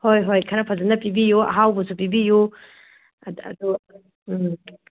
ꯍꯣꯏ ꯍꯣꯏ ꯈꯔ ꯖꯐꯅ ꯄꯤꯕꯤꯌꯨ ꯑꯍꯥꯎꯕꯁꯨ ꯄꯤꯕꯤꯌꯨ ꯑꯗꯨ ꯎꯝ